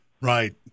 Right